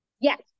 Yes